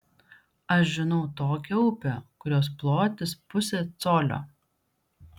aš žinau tokią upę kurios plotis pusė colio